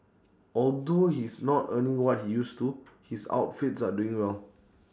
although he's not earning what he used to his outfits are doing well